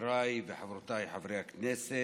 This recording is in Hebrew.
חבריי וחברותיי חברי הכנסת,